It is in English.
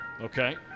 Okay